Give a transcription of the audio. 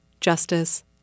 Justice